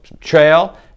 trail